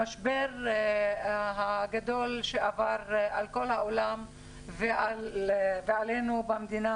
המשבר הגדול שעבר על כל העולם ועלינו במדינה,